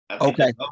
Okay